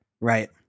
Right